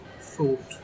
thought